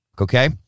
okay